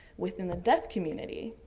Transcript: within the deaf community